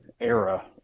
era